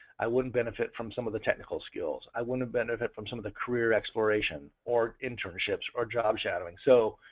i wouldn't benefit from some of the technical skills, i wouldn't benefit from some of the career exploration or internships, or job shadowing. so